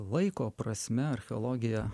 laiko prasme archeologija